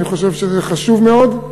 אני חושב שזה חשוב מאוד.